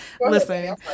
listen